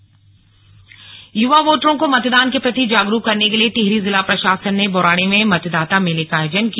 मतदाता मेला युवा वोटरों को मतदान के प्रति जागरूक करने के लिए टिहरी जिला प्रशासन ने बौराड़ी में मतदाता मेले का आयोजन किया